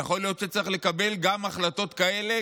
יכול להיות שצריך לקבל גם החלטות כאלה.